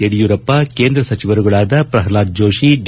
ಯಡಿಯೂರಪ್ಪ ಕೇಂದ್ರ ಸಚಿವರುಗಳಾದ ಪ್ರಹ್ಲಾದ್ ಜೋಡಿ ಡಿ